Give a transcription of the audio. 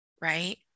right